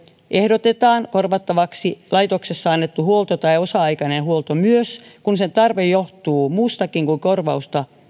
ehdotetaan korvattavaksi laitoksessa annettu huolto tai osa aikainen huolto myös kun sen tarve johtuu muustakin kuin korvatusta